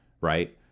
right